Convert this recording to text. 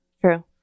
True